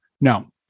No